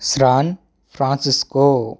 San Francisco